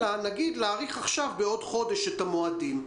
רק מבקשים להאריך עכשיו בעוד חודש את המועדים,